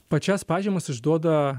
pačias pažymas išduoda